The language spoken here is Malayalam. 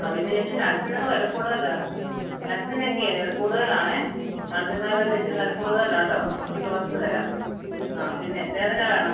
ആ പിന്നെ ചേച്ചി നട്ട്സിനൊക്കെ വില കൂടുതലാണ് കേട്ടോ നട്ട്സിനൊക്കെ വെല കൂടുതലാണേ ഒക്കെ ഇച്ചിരി വില കൂടുതലാണ് കേട്ടോ കുറച്ച് കുറച്ച് തരാം ആ പിന്നെ വേറെ എന്നാ വേണം